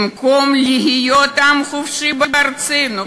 במקום להיות עם חופשי בארצנו,